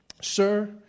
sir